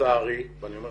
לצערי ואני אומר